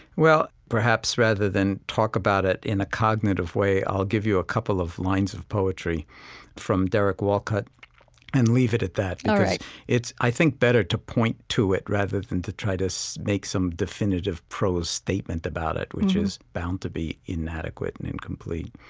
well, perhaps rather than talk about it in a cognitive way, i'll give you a couple of lines of poetry from derek walcott and leave it at that all right because it's, i think, better to point to it rather than to try to so make some definitive prose statement about it which is bound to be inadequate and incomplete.